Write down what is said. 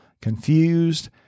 confused